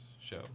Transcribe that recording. show